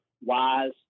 wise